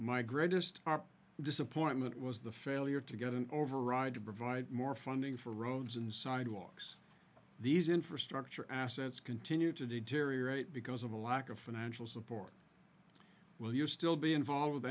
my greatest disappointment was the failure to get an override to provide more funding for roads and sidewalks these infrastructure assets continue to deteriorate because of a lack of financial support will you still be involved with